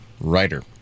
writer